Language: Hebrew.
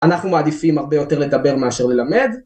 אנחנו מעדיפים הרבה יותר לדבר מאשר ללמד.